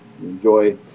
enjoy